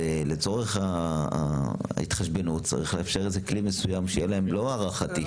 לצורך ההתחשבנות צריך לאפשר כלי מסוים שיהיה להם לא הערכתי.